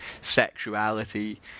sexuality